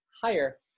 higher